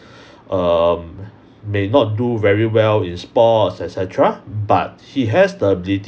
um may not do very well in sports et cetera but he has the ability